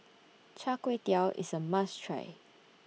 Char Kway Teow IS A must Try